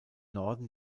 norden